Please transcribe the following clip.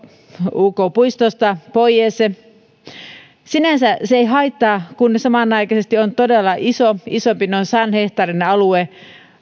uk puistosta pois sinänsä se ei haittaa kun samanaikaisesti on todella isompi noin sadan hehtaarin alue